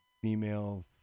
female